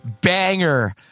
banger